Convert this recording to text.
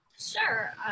Sure